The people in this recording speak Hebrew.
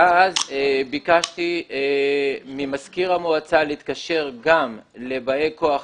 ואז ביקשתי ממזכיר המועצה להתקשר גם לבאי כוח